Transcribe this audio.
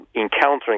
encountering